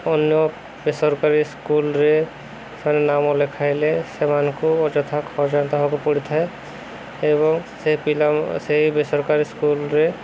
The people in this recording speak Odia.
ଅନ୍ୟ ବେସରକାରୀ ସ୍କୁଲରେ ସେମାନେ ନାମ ଲେଖାଇଲେ ସେମାନଙ୍କୁ ଅଯଥା ଖର୍ଚ୍ଚାନ୍ତ ହେବାକୁ ପଡ଼ିଥାଏ ଏବଂ ସେ ପିଲା ସେହି ବେସରକାରୀ ସ୍କୁଲରେ